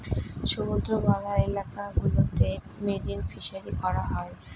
সমুদ্রওয়ালা এলাকা গুলোতে মেরিন ফিসারী করা হয়